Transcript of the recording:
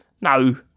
no